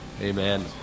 Amen